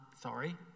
sorry